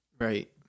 Right